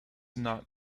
not